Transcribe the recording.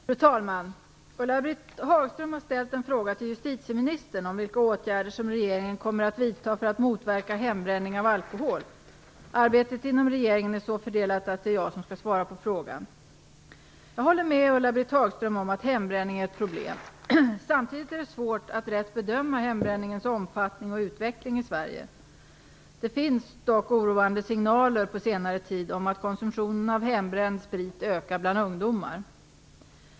Fru talman! Ulla-Britt Hagström har ställt en fråga till justitieministern om vilka åtgärder som regeringen kommer att vidta för att motverka hembränning av alkohol. Arbetet inom regeringen är så fördelat att det är jag som skall svara på frågan. Jag håller med Ulla-Britt Hagström om att hembränning är ett problem. Samtidigt är det svårt att rätt bedöma hembränningens omfattning och utveckling i Sverige. Det finns dock oroande signaler på senare tid om att hembränd sprit i ökad utsträckning säljs till ungdomar.